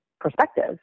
perspective